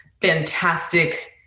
fantastic